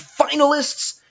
finalists